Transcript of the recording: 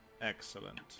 Excellent